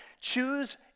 Choose